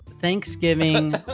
Thanksgiving